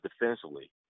defensively